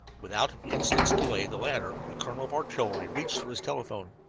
without an instant's delay the latter, a colonel of artillery, reached for his telephone.